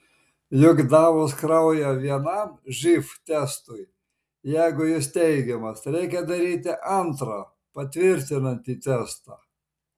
juk davus kraują vienam živ testui jeigu jis teigiamas reikia daryti antrą patvirtinantį testą